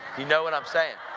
you know what i'm saying.